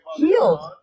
healed